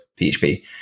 PHP